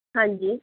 ਹਾਂਜੀ